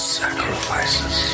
sacrifices